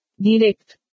Direct